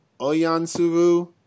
Oyansuvu